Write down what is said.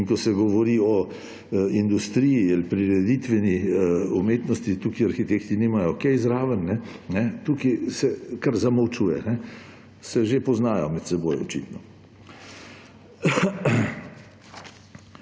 in ko se govori o industriji ali prireditveni umetnosti, tukaj arhitekti nimajo kaj zraven. Tukaj se kar zamolčuje. Se že poznajo med seboj očitno.